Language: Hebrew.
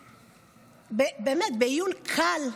באמת, מעיון קל,